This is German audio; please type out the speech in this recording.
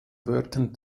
wörtern